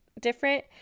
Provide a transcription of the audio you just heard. different